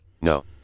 No